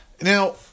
Now